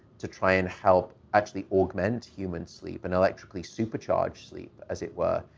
to try and help actually augment human sleep, an electrically-supercharged sleep, as it were,